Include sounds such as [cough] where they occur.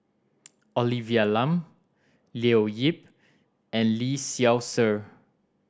[noise] Olivia Lum Leo Yip and Lee Seow Ser